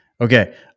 Okay